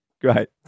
Great